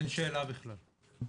אין שאלה בכלל.